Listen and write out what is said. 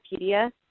Wikipedia